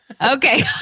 Okay